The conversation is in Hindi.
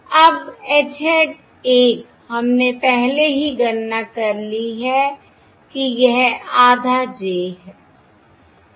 अब H hat 1 हमने पहले ही गणना कर ली है कि यह आधा j है